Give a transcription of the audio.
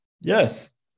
Yes